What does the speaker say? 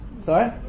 Sorry